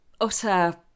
utter